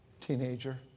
teenager